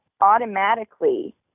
automatically